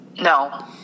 No